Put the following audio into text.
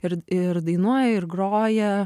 ir ir dainuoja ir groja